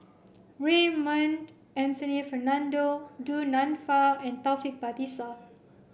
Raymond Anthony Fernando Du Nanfa and Taufik Batisah